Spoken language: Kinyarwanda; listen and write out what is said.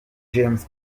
james